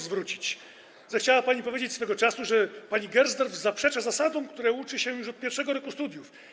Zechciała pani powiedzieć swego czasu, że pani Gersdorf zaprzecza zasadom, których uczy się już od pierwszego roku studiów.